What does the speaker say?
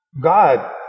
God